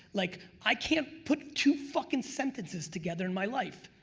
like i can't put two fuckin' sentences together in my life.